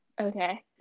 Okay